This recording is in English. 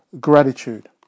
gratitude